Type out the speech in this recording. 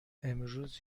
امروز